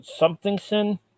Somethingson